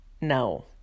No